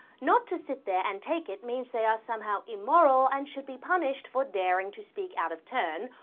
not to sit there and take it means they are somehow immoral, and should be punished for daring to speak out of turn,